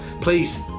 please